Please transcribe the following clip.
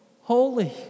holy